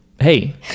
hey